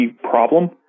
problem